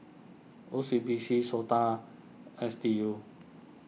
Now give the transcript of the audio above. O C B C Sota S D U